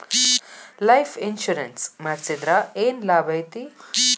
Life insurance ಮಾಡ್ಸಿದ್ರ ಏನ್ ಲಾಭೈತಿ?